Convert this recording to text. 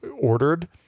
ordered